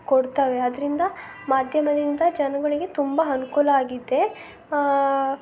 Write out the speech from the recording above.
ಕೊಡ್ತವೆ ಅದರಿಂದ ಮಾಧ್ಯಮದಿಂದ ಜನ್ಗಳಿಗೆ ತುಂಬ ಅನ್ಕೂಲ ಆಗಿದೆ